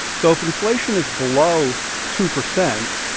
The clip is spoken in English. so if inflation is below two percent,